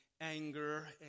anger